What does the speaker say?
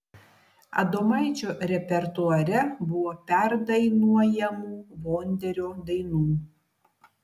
adomaičio repertuare buvo perdainuojamų vonderio dainų